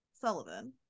Sullivan